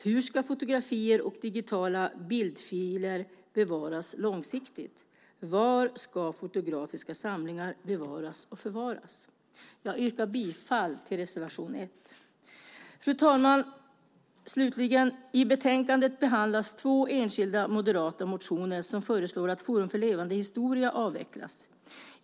Hur ska fotografier och digitala bildfiler bevaras långsiktigt? Var ska fotografiska samlingar bevaras och förvaras? Jag yrkar bifall till reservation 1. Fru talman! I betänkandet behandlas två enskilda moderata motioner där man föreslår att Forum för levande historia avvecklas.